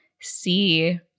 see